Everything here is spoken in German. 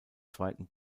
zweiten